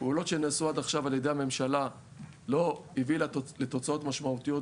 פעולות שנעשו עד עכשיו על ידי הממשלה לא הביאו לתוצאות משמעותיות,